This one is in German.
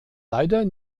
leider